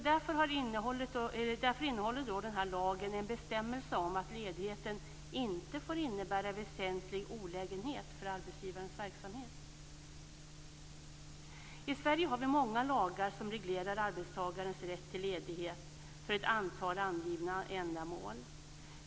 Därför innehåller lagen en bestämmelse om att ledigheten inte får innebära väsentlig olägenhet för arbetsgivarens verksamhet. I Sverige har vi många lagar som reglerar arbetstagarens rätt till ledighet för ett antal angivna ändamål.